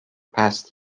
past